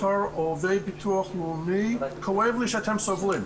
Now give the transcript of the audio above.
בתור עובד ביטוח לאומי כואב לי שאתן סובלות.